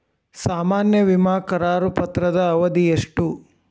ಸಾಮಾನ್ಯ ವಿಮಾ ಕರಾರು ಪತ್ರದ ಅವಧಿ ಎಷ್ಟ?